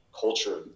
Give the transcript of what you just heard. culture